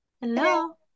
hello